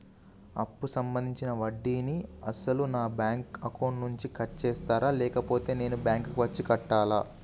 అప్పు సంబంధించిన వడ్డీని అసలు నా బ్యాంక్ అకౌంట్ నుంచి కట్ చేస్తారా లేకపోతే నేను బ్యాంకు వచ్చి కట్టాలా?